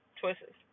choices